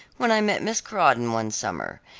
when i met miss crawdon one summer.